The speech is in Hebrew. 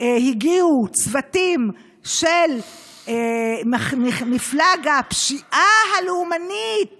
הגיעו צוותים של מפלג הפשיעה הלאומנית